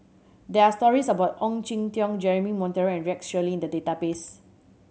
there are stories about Ong Jin Teong Jeremy Monteiro and Rex Shelley in the database